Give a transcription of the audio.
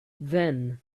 then